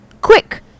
Quick